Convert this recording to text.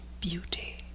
beauty